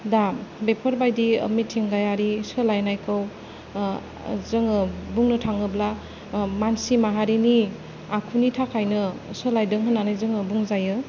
दा बेफोरबायदि मिथिंगायारि सोलायनायखौ जोङो बुंनो थाङोब्ला मानसि माहारिनि आखुनि थाखायनो सोलायदों होननानै जोङो बुंजायो